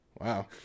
wow